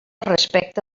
respecte